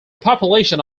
population